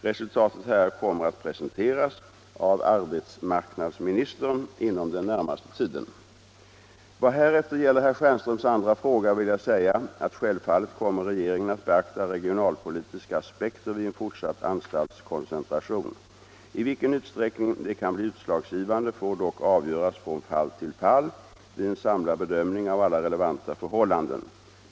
Resultatet härav kommer att presenteras av arbetsmarknadsministern inom den närmaste tiden. Vad härefter gäller herr Stjernströms andra fråga vill jag säga att självfallet kommer regeringen att beakta regionalpolitiska aspekter vid en fortsatt anstaltskoncentration. I vilken utsträckning de kan bli utslagsgivande får dock avgöras från fall till fall vid en samlad bedömning av alla relevanta förhållanden.